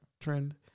trend